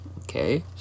okay